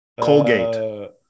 Colgate